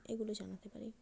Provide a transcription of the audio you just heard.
এগুলো জানাতে পারি